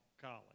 college